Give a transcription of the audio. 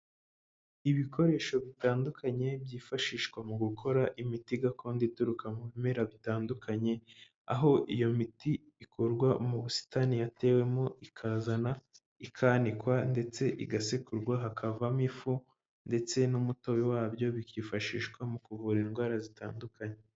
Ibikoresho bitandukanye byifashishwa mu gukora imiti gakondo ituruka mu bimera bitandukanye, aho iyo miti ikorwa mu busitani yatewemo, ikazana ikanikwa ndetse igasekurwa hakavamo ifu, ndetse n'umutobe wabyo bikifashishwa mu kuvura indwara zitandukanye.